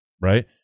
right